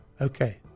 okay